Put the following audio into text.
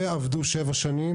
ועבדו שבע שנים